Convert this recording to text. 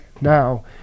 now